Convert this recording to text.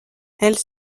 elles